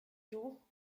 jours